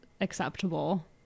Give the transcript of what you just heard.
acceptable